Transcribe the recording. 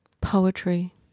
poetry